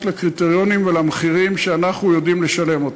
לקריטריונים ולמחירים שאנחנו יודעים לשלם.